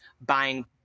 buying